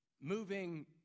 Moving